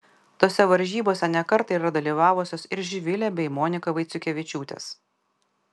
tose varžybose ne kartą yra dalyvavusios ir živilė bei monika vaiciukevičiūtės